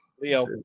Leo